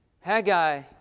Haggai